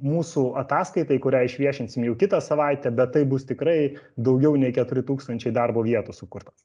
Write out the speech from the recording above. mūsų ataskaitai kurią išviešinsim jau kitą savaitę bet tai bus tikrai daugiau nei keturi tūkstančiai darbo vietų sukurtos